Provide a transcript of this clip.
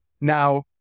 Now